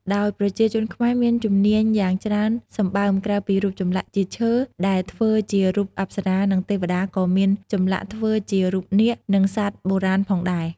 ដោយប្រជាជនខ្មែរមានជំនាញយ៉ាងច្រើនសម្បើមក្រៅពីរូបចម្លាក់ជាឈើដែលធ្វើជារូបអប្សរា និងទេវតាក៏មាន ចម្លាក់ធ្វើជារូបនាគ និងសត្វបុរាណផងដែរ។